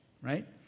right